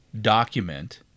document